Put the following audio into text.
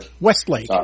Westlake